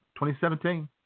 2017